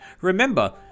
remember